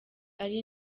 ari